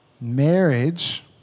marriage